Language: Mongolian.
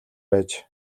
байж